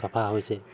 চাফা হৈছে